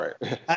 right